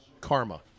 Karma